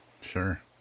sure